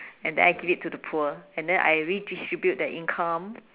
and then I give it to the poor and then I redistribute the income